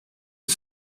and